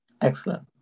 Excellent